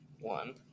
one